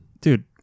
Dude